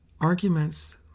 arguments